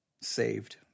saved